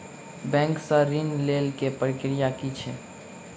Bank सऽ ऋण लेय केँ प्रक्रिया की छीयै?